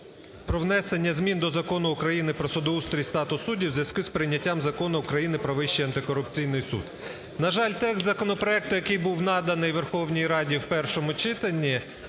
про внесення змін до Закону України "Про судоустрій і статус суддів" у зв'язку з прийняттям Закону України "Про Вищий антикорупційний суд". На жаль, текст законопроекту, який був наданий Верховній Раді у першому читанні,